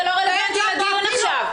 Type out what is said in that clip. זה לא רלוונטי לדיון עכשיו.